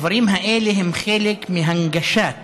הדברים האלה הם חלק מהנגשת